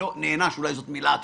אולי לא נענש, אלא